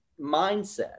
mindset